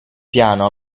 piano